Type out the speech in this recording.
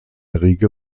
rege